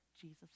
jesus